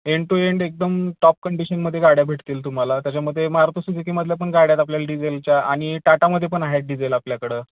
end to end एकदम top कंडिशनमध्ये गाड्या भेटतील तुम्हाला त्याच्यामध्ये मारुती सुजुकीमधल्या पण गाड्यात आपल्याला डिझेलच्या आणि टाटामध्ये पण आहेत डिझेल आपल्याकडं